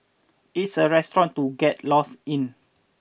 it's a restaurant to get lost in